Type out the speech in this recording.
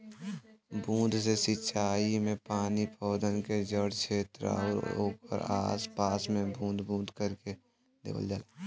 बूंद से सिंचाई में पानी पौधन के जड़ छेत्र आउर ओकरे आस पास में बूंद बूंद करके देवल जाला